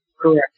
Correct